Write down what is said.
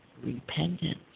repentance